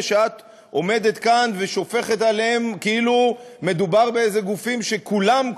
שאת עומדת כאן ושופכת עליהם כאילו מדובר באיזה גופים שכולם,